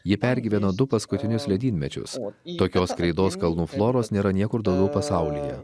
ji pergyveno du paskutinius ledynmečius tokios kreidos kalnų floros nėra niekur daugiau pasaulyje